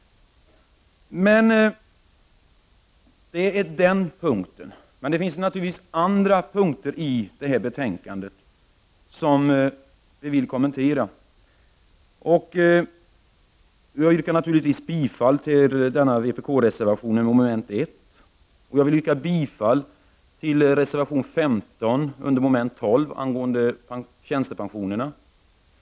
Det finns naturligtvis andra punkter i detta betänkande som vi vill kommentera. Jag yrkar bifall till vpk-reservationen nr 3. Jag vill också yrka bifall till reservation 15 under mom. 12 angående tjänstepensionerna.